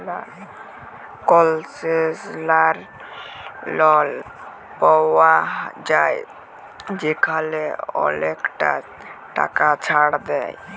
কলসেশলাল লল পাউয়া যায় যেখালে অলেকটা টাকা ছাড় দেয়